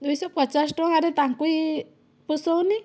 ଦୁଇଶହ ପଚାଶ ଟଙ୍କାରେ ତାଙ୍କୁ ବି ପୋଷଉନି